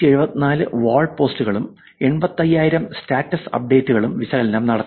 47474 wall പോസ്റ്റുകളിലും 85000 status അപ്ഡേറ്റുകളിലും വിശകലനം നടത്തി